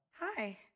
Hi